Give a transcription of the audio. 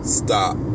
stop